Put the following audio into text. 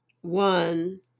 One